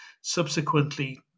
subsequently